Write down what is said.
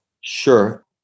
Sure